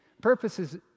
Purposes